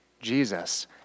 Jesus